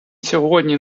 сьогодні